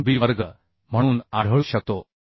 3b वर्ग म्हणून आढळू शकतो